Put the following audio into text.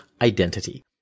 identity